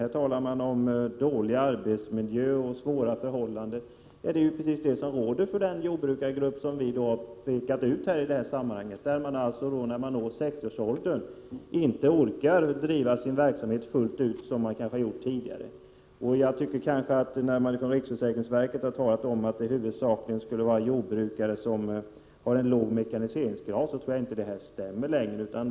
Hon talar om dålig arbetsmiljö, svåra förhållanden. Det är ju precis de förhållanden som råder för den jordbrukargrupp som vi har pekat ut i sammanhanget, nämligen de som, då de når 60-årsåldern, inte orkar driva sin verksamhet i samma omfattning som de har gjort tidigare. När riksförsäkringsverket har sagt att det huvudsakligen skulle vara jordbrukare på gårdar med låg mekaniseringsgrad, tror jag inte att det resonemanget stämmer längre.